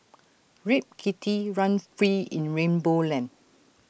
Rip Kitty run free in rainbow land